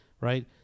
right